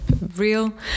real